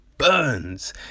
Burns